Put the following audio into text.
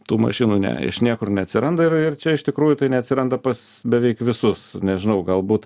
tų mašinų ne iš niekur neatsiranda ir ir čia iš tikrųjų tai neatsiranda pas beveik visus nežinau galbūt